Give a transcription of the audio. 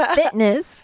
fitness